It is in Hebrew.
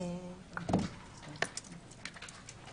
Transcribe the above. אדוני, אם אפשר רגע לעשות הפסקה?